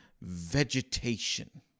vegetation